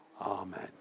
Amen